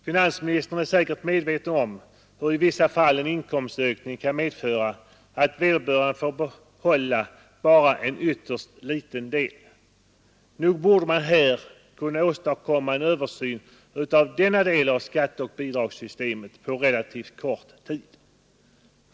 Finansministern är säkert medveten om att i vissa fall en inkomstökning kan medföra att vederbörande får behålla bara en ytterst liten del. Nog borde man kunna åstadkomma en översyn av denna del av skatteoch bidragssystemet på en relativt kort tid.